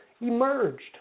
emerged